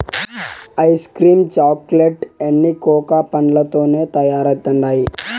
ice cream chocolate లన్నీ cocoa పండ్లతోనే తయారైతండాయి